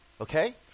Okay